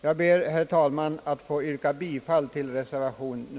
Jag ber, herr talman, att få yrka bifall till reservationen.